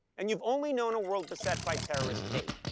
and you've only known a world beset by terrorist hate.